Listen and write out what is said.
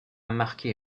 marqué